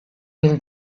mil